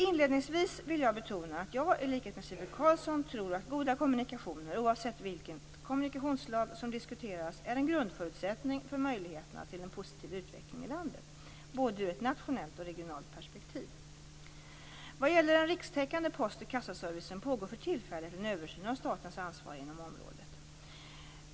Inledningvis vill jag betona att jag, i likhet med Sivert Carlsson, tror att goda kommunikationer - oavsett vilket kommunikationsslag som diskuteras - är en grundförutsättning för möjligheterna till en positiv utveckling i landet, både ur ett nationellt och regionalt perspektiv. Vad gäller den rikstäckande post och kassaservicen pågår för tillfället en översyn av statens ansvar inom området.